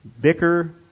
bicker